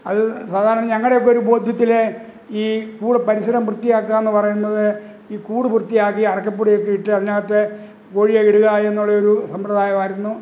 അത് സാധാരണ ഞങ്ങളുടെ ഒക്കെ ഒരു ബോധ്യത്തിലെ ഈ കൂട് പരിസരം വൃത്തിയാക്കുക എന്ന് പറയുന്നത് ഈ കൂട് വൃത്തിയാക്കി അറക്കപ്പൊടിയൊക്കെ ഇട്ട് അതിനകത്ത് കോഴിയെ ഇടുക എന്നുള്ള ഒരു സമ്പ്രദായമായിരുന്നു